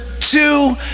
two